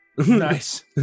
Nice